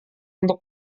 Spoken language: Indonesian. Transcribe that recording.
untuk